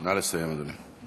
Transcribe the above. נא לסיים, אדוני.